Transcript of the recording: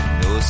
no